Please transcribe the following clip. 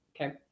Okay